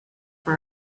for